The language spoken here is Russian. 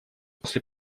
после